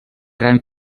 gran